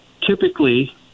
typically